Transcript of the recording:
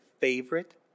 favorite